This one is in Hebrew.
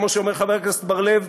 כמו שאומר חבר הכנסת בר-לב,